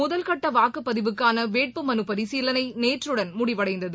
முதல்கட்டவாக்குப்பதிவுக்க்கானவேட்புமனுபரிசீலனைநேற்றுடன் முடிவடைந்தது